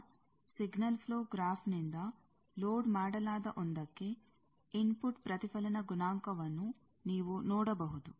ಈಗ signal flow graph ನಿಂದ load ಮಾಡಲಾದ ಒಂದಕ್ಕೆ ಇನ್ಫುಟ್ ಪ್ರತಿಫಲನ ಗುಣಾಂಕವನ್ನು ನೀವು ನೋಡಬಹುದು